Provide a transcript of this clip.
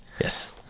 yes